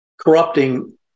corrupting